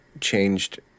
changed